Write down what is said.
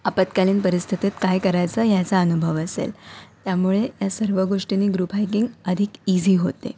आपत्कालीन परिस्थितीत काय करायचं ह्याचा अनुभव असेल त्यामुळे या सर्व गोष्टींनी ग्रुप हायकिंग अधिक ईझी होते